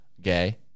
gay